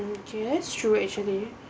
mm K that's true actually